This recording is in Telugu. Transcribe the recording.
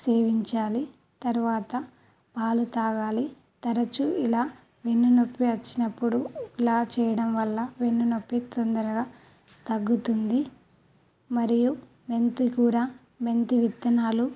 సేవించాలి తర్వాత పాలు తాగాలి తరచు ఇలా వెన్నునొప్పి వచ్చినప్పుడు ఇలా చేయడం వల్ల వెన్నునొప్పి తొందరగా తగ్గుతుంది మరియు మెంతి కూర మెంతి విత్తనాలు